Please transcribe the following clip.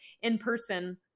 in-person